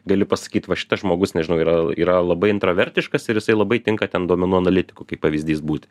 gali pasakyt va šitas žmogus nežinau yra yra labai intravertiškas ir jisai labai tinka ten duomenų analitiku kaip pavyzdys būti